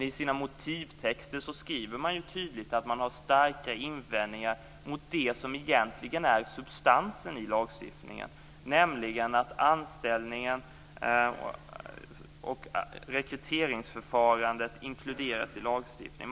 I sina motivtexter skriver de dock tydligt att de har starka invändningar mot det som är substansen i lagstiftningen, nämligen att anställningen och rekryteringsförfarandet inkluderas i lagstiftningen.